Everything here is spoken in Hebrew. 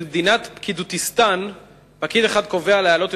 במדינת פקידותיסטן פקיד אחד קובע להעלות